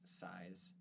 size